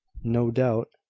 no doubt.